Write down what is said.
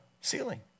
ceiling